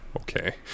Okay